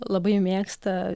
labai mėgsta